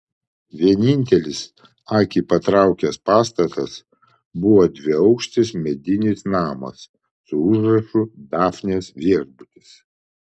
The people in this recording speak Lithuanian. vienintelis akį patraukęs pastatas buvo dviaukštis medinis namas su užrašu dafnės viešbutis